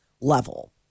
level